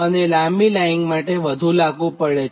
તો એ લાંબી લાઇન માટે વધુ લાગુ પડે છે